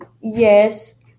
Yes